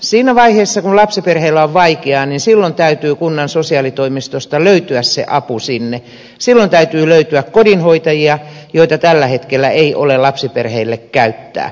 siinä vaiheessa kun lapsiperheillä on vaikeaa täytyy kunnan sosiaalitoimistosta löytyä se apu sinne silloin täytyy löytyä kodinhoitajia joita tällä hetkellä ei ole lapsiperheille käyttää